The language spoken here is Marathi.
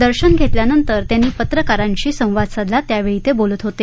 दर्शन घेतल्यानंतर त्यांनी पत्रकारांशी संवाद साधला त्यावेळी ते बोलत होते